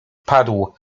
padł